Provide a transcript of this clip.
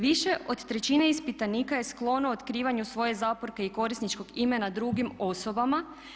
Više od trećine ispitanika je sklono otkrivanju svoje zaporke i korisničkog imena drugim osobama.